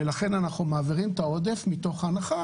ולכן אנחנו מעבירים את העודף מתוך הנחה